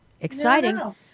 Exciting